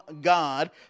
God